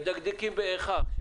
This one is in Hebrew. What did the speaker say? מדקדקים באיכה.